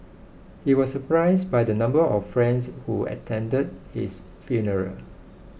he was surprised by the number of friends who attended his funeral